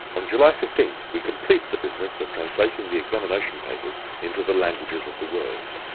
on july fifteenth we complete the business of translating the examination papers into the languages of the world.